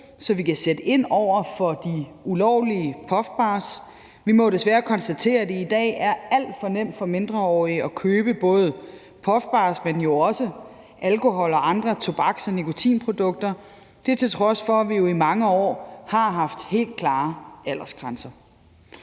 så vi kan sætte ind over for de ulovlige puffbars. Vi må desværre konstatere, at det i dag er alt for nemt for mindreårige at købe både puffbars, men jo også alkohol og andre tobaks- og nikotinprodukter, til trods for at vi i mange år har haft helt klare aldersgrænser.